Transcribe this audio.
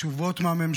קיבלו תשובות מהממשלה.